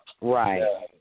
Right